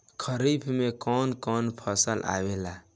खरीफ में कौन कौन फसल आवेला?